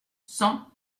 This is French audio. cent